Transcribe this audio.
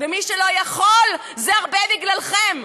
ומי שלא יכול זה הרבה בגללכם.